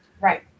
Right